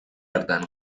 hartan